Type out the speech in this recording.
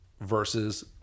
versus